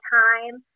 time